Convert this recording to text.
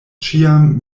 ĉiam